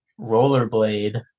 rollerblade